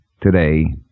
today